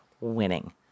winning